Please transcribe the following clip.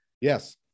Yes